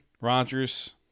Rodgers